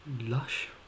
Lush